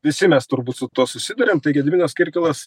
visi mes turbūt su tuo susiduriam tai gediminas kirkilas